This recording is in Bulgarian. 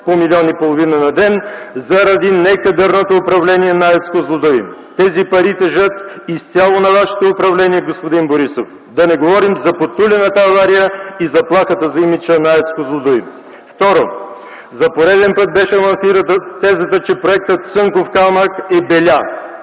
по милион и половина на ден, заради некадърното управление на АЕЦ „Козлодуй”! Тези пари тежат изцяло на вашето управление, господин Борисов! Да не говорим за потулената авария и заплахата за имиджа на АЕЦ „Козлодуй”. Второ, за пореден път беше лансирана тезата, че проектът „Цанков камък” е „беля”.